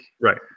Right